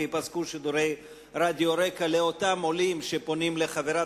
וייפסקו שידורי רק"ע לאותם עולים שפונים אל חברת